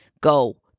go